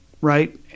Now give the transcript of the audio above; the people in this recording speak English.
right